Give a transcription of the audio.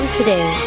today